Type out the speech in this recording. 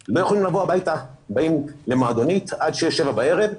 שלא יכולים לבוא הביתה באים למועדונית ושוהים בה עד שעה 7:00-6:00 בערב,